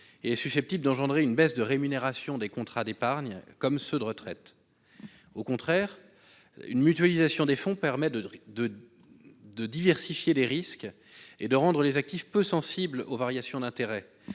et est susceptible d'engendrer une baisse de la rémunération des contrats tant d'épargne que de retraite. Au contraire, une mutualisation des fonds permet de diversifier les risques et de rendre les actifs peu sensibles aux variations de taux